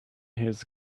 his